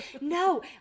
No